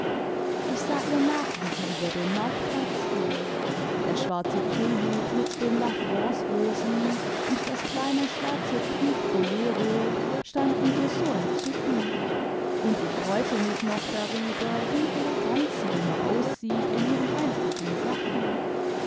ich sah ihr nach wie sie über den marktplatz ging der schwarze tüllhut mit den la france rosen und das kleine schwarze tucbbolero standen ihr so entzückend imd ich freute mich noch darüber wie elegant sie immer aussieht in ihren einfachen sachen